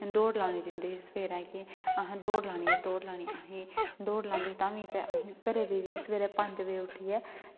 दौड़ लानै ई जंदे हे सबैह्रे कि असें दौड़ लानी ऐ दौड़ लानी ऐ असें दौड़ लांदे ऐ तां बी घरै दे बी सबैह्रे पंज बजे उट्ठियै